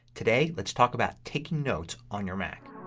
today let's talk about taking notes on your mac.